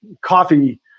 coffee